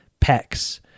pecs